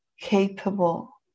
capable